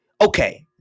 okay